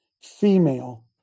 female